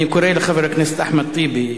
אני קורא לחבר הכנסת אחמד טיבי